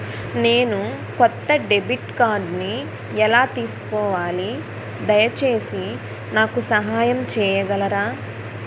నేను కొత్త డెబిట్ కార్డ్ని ఎలా తీసుకోవాలి, దయచేసి నాకు సహాయం చేయగలరా?